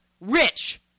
Rich